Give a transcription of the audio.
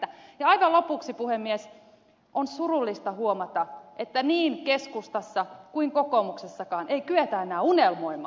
aivan lopuksi puhemies on surullista huomata että niin keskustassa kuin kokoomuksessakaan ei kyetä enää unelmoimaan